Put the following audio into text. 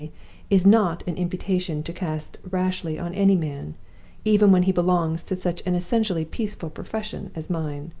is not an imputation to cast rashly on any man even when he belongs to such an essentially peaceful profession as mine.